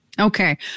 Okay